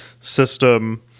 system